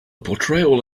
portrayal